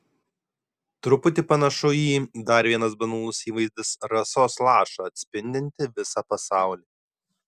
truputį panašu į dar vienas banalus įvaizdis rasos lašą atspindintį visą pasaulį